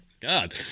God